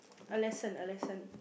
a lesson a lesson